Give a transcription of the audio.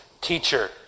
Teacher